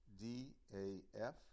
D-A-F